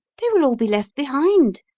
they will all be left behind,